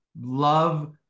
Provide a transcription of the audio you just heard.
love